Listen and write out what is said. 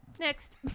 Next